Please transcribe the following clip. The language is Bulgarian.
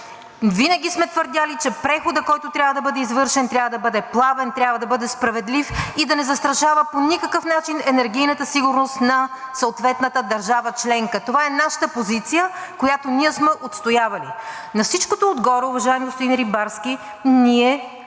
Винаги сме твърдели, че преходът, който трябва да бъде извършен, трябва да бъде плавен, трябва да бъде справедлив и да не застрашава по никакъв начин енергийната сигурност на съответната държава членка. Това е нашата позиция, която ние сме отстоявали. На всичкото отгоре, уважаеми господин Рибарски, ние